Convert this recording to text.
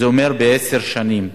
וזה אומר עשר שנים.